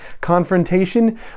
confrontation